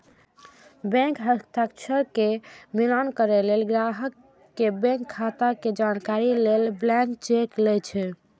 bank हस्ताक्षर के मिलान करै लेल, ग्राहक के बैंक खाता के जानकारी लेल ब्लैंक चेक लए छै